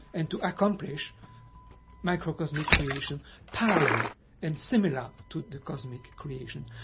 and to accomplish a microcosmic creation parallel and similar to the macrocosmic creation.